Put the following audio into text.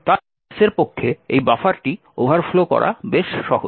তাই S এর পক্ষে এই বাফারটি ওভারফ্লো করা বেশ সহজ